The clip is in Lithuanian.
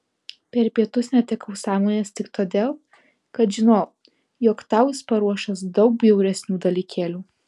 per pietus netekau sąmonės tik todėl kad žinojau jog tau jis paruošęs daug bjauresnių dalykėlių